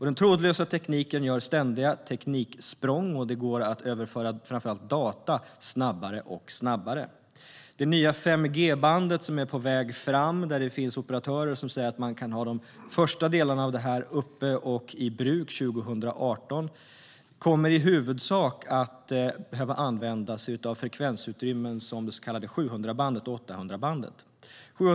Den trådlösa tekniken gör ständiga tekniksprång, och det går att överföra framför allt data allt snabbare. Det nya 5G-bandet är på väg fram, och operatörer säger att man kan ha de första delarna uppe och i bruk 2018. 5G-bandet kommer i huvudsak att behöva använda sig av frekvensutrymmena 700-bandet och 800-bandet.